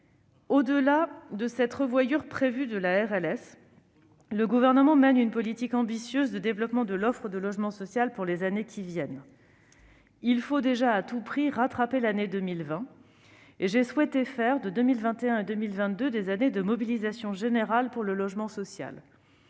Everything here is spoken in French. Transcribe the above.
Au-delà de la clause de revoyure prévue concernant la RLS, le Gouvernement mène une politique ambitieuse de développement de l'offre de logement social pour les années qui viennent. Il faut déjà à tout prix rattraper l'année 2020. À cet égard, j'ai souhaité faire de 2021 et 2022 des années de mobilisation générale pour le logement social.